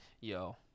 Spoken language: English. Yo